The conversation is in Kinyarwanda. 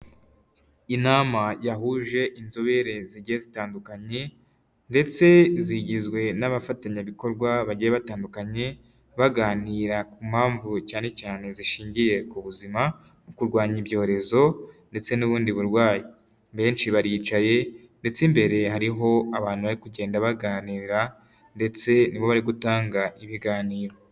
Inama yahuje inzobere zigiye zitandukanye ndetse zigizwe n'abafatanyabikorwa bagiye batandukanye, baganira ku mpamvu cyane cyane zishingiye ku buzima mu kurwanya ibyorezo ndetse n'ubundi burwayi. Benshi baricaye ndetse imbere hariho abantu bari kugenda baganira ndetse ni bo bari gutanga ibiganiro.